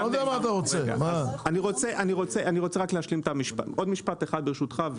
עוד משפט ברשותך.